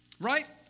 right